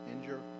injure